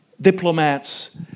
diplomats